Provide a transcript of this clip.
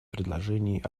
предложений